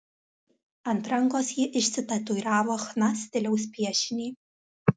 ant rankos ji išsitatuiravo chna stiliaus piešinį